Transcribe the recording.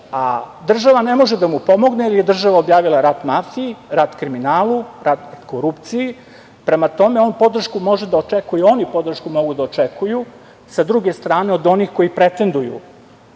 a država ne može da mu pomogne, jer je država objavila rat mafiji, rat kriminalu, rat korupciji. Prema tome, on podršku može da očekuje, oni podršku mogu da očekuju sa druge strane od onih koji pretenduju